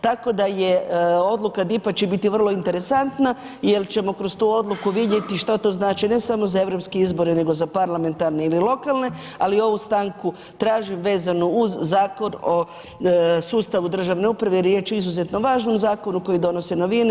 Tako da je odluka DIP-a će biti vrlo interesantna jer ćemo kroz tu odluku vidjeti šta to znači ne samo za europske izbore nego za parlamentarne ili lokalne, ali ovu stanku tražim vezano uz Zakon o sustavu državne uprave jer je riječ o izuzetno važnom zakonu koji donosi novine.